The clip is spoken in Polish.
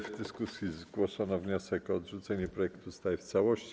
W dyskusji zgłoszono wniosek o odrzucenie projektu ustawy w całości.